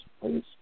please